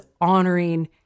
honoring